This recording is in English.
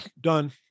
done